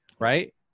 right